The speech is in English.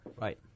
right